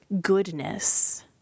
goodness